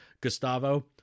Gustavo